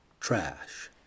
trash